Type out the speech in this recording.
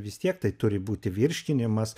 vis tiek tai turi būti virškinimas